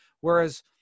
Whereas